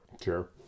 Sure